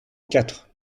quatre